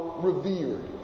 revered